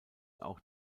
auch